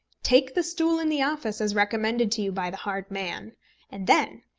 take the stool in the office as recommended to you by the hard man and then,